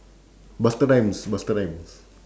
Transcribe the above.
busta rhymes busta rhymes